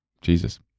Jesus